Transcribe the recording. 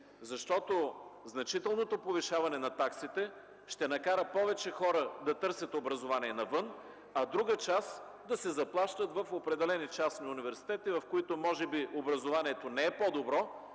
Значителното повишаване на таксите ще накара повече хора да търсят образование навън, а друга част – да си заплащат в определени частни университети, в които може би образованието не е по-добро,